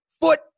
foot